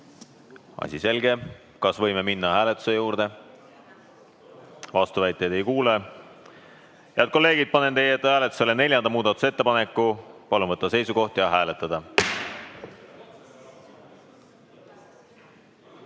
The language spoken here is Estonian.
Asi selge! Kas võime minna hääletuse juurde? Vastuväiteid ei kuule. Head kolleegid, panen teie ette hääletusele neljanda muudatusettepaneku. Palun võtta seisukoht ja hääletada!